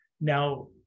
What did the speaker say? Now